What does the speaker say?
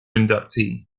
inductee